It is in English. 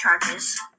charges